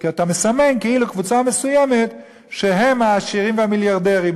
כי אתה מסמן כאילו קבוצה מסוימת שהיא של העשירים והמיליארדרים.